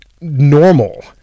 normal